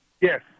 yes